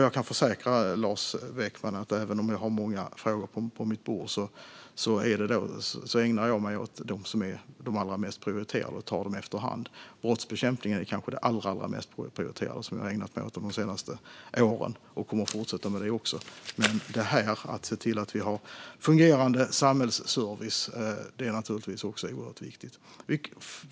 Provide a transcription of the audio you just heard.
Jag kan försäkra Lars Beckman att jag, även om jag har många frågor på mitt bord, ägnar mig åt de frågor som är allra mest prioriterade och tar dem efter hand. Brottsbekämpningen är kanske det allra mest prioriterade som jag har ägnat mig åt under de senaste åren, och jag kommer att fortsätta med det. Men att se till att vi har fungerande samhällsservice är naturligtvis också oerhört viktigt.